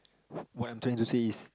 what I'm trying to say is